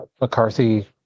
mccarthy